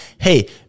Hey